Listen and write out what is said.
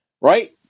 right